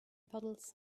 puddles